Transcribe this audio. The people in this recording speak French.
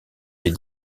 les